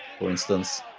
for instance,